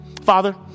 Father